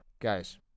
Guys